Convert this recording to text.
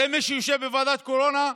הרי מי שיושב בוועדת קורונה,